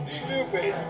stupid